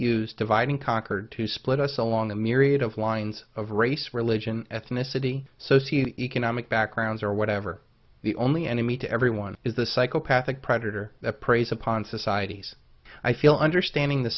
use dividing concord to split us along a myriad of lines of race religion ethnicity socio economic backgrounds or whatever the only enemy to everyone is a psychopathic predator that preys upon societies i feel understanding the